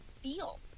feel